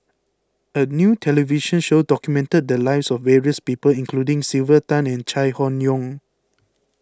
a new television show documented the lives of various people including Sylvia Tan and Chai Hon Yoong